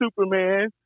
Superman